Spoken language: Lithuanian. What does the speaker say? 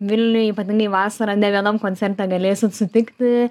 vilniuj ypatingai vasarą ne vienam koncerte galėsit sutikti